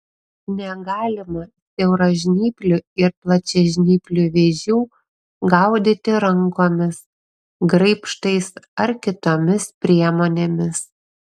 negalima siauražnyplių ir plačiažnyplių vėžių gaudyti rankomis graibštais ar kitomis priemonėmis